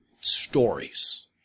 stories